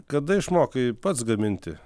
kada išmokai pats gaminti